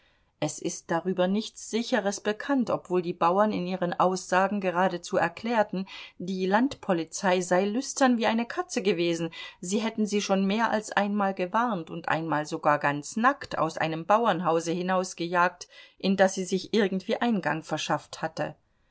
es ist darüber nichts sicheres bekannt obwohl die bauern in ihren aussagen geradezu erklärten die landpolizei sei lüstern wie eine katze gewesen sie hätten sie schon mehr als einmal gewarnt und einmal sogar ganz nackt aus einem bauernhause hinausgejagt in das sie sich irgendwie eingang verschafft hatte